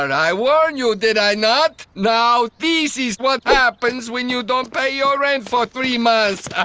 i warned you, did i not? now this is what happens when you don't pay your rent for three months.